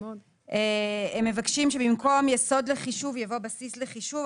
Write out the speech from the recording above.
הם מבקשים שבמקום "יסוד לחישוב" יבוא "בסיס לחישוב",